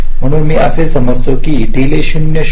म्हणून मी असे समजतो की डीले 0 0 आणि 0